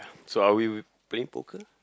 so are we we playing poker